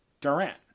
Durant